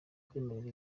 kwemerera